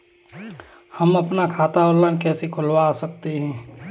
हम अपना खाता ऑनलाइन कैसे खुलवा सकते हैं?